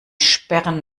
sperren